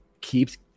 keeps